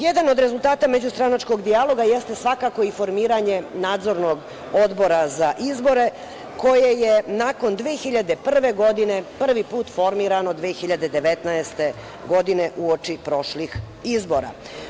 Jedan od rezultata međustranačkog dijaloga jeste svakako i formiranje Nadzornog odbora za izbore koje je nakon 2001. godine prvi put formirano 2019. godine u oči prošlih izbora.